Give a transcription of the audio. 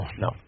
no